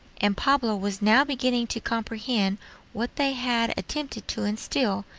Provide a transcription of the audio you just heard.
and pablo was now beginning to comprehend what they had attempted to instill,